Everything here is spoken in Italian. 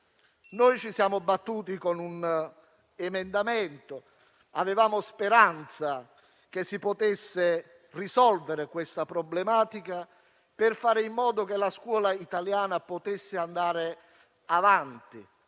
Noi ci siamo battuti con un emendamento. Avevamo speranza che si potesse risolvere questa problematica, per fare in modo che la scuola italiana potesse andare avanti.